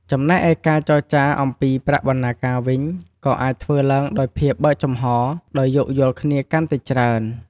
ចំណែកឯការចរចាអំពីប្រាក់បណ្តាការវិញ ក៏អាចធ្វើឡើងដោយភាពបើកចំហរ ដោយយោគយល់គ្នាកាន់តែច្រើន។